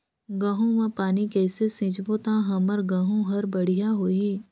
गहूं म पानी कइसे सिंचबो ता हमर गहूं हर बढ़िया होही?